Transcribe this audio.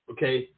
Okay